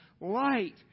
light